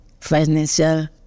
financial